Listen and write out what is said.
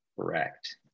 Correct